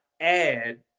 add